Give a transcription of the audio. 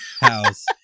house